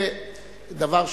זה דבר,